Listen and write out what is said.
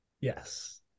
Yes